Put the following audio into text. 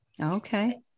Okay